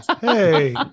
hey